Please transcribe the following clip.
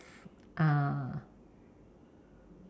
uh